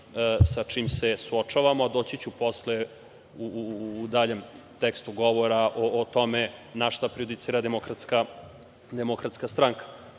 sa čim se suočavamo. Doći ću posle, u daljem tekstu govora o tome na šta prejudicira Demokratska stranka. Odredbom